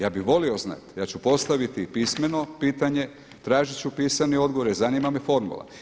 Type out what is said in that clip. Ja bih volio znati, ja ću postaviti i pismeno pitanje, tražiti ću pisani odgovor jer zanima me formula.